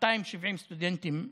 270 סטודנטים לפחות.